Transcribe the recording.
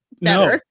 No